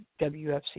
WFC